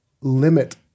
limit